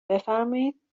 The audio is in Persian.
بفرمایید